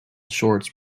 shorts